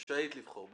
בדיוק, רשאית לבחור.